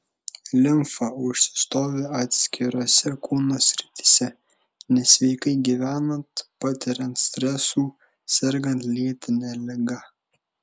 limfa užsistovi atskirose kūno srityse nesveikai gyvenant patiriant stresų sergant lėtine liga